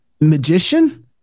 magician